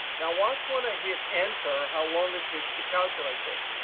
now, watch when i hit enter how long it takes to calculate this.